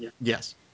Yes